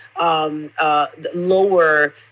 Lower